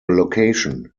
location